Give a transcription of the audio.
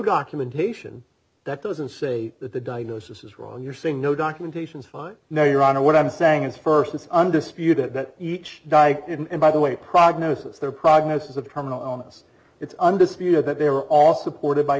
documentation that doesn't say that the diagnosis is wrong you're saying no documentation is fine now your honor what i'm saying is st it's undisputed that each died in and by the way prognosis their prognosis of terminal illness it's undisputed that they are also supported by